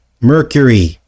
Mercury